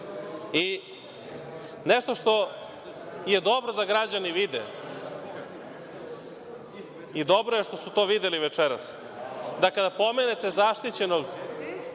što je dobro da građani vide, i dobro je što su to videli večeras, da kada pomenete zaštićenog